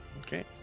okay